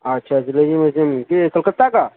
اچھا چلو یہ مجھے مل کے جی کلکتہ کا